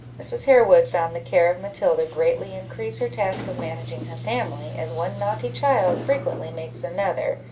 mrs. harewood found the care of matilda greatly increase her task of managing her family, as one naughty child frequently makes another,